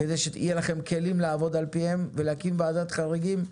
כדי שיהיה לכם כלים לעבוד על פיהם ולהקים ועדת חריגים,